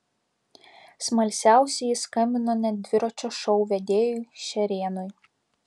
smalsiausieji skambino net dviračio šou vedėjui šerėnui